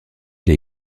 les